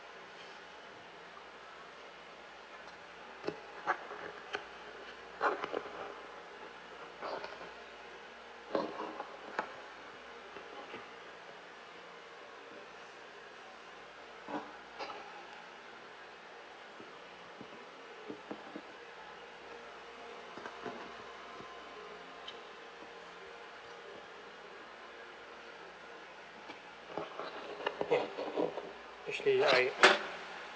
ya actually I